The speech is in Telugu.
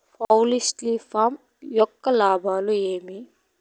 పౌల్ట్రీ ఫామ్ యొక్క లాభాలు ఏమి